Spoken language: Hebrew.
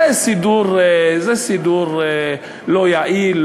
זה סידור לא יעיל,